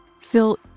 Phil